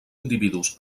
individus